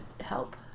help